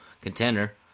contender